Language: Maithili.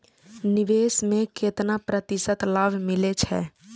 निवेश में केतना प्रतिशत लाभ मिले छै?